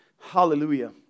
Hallelujah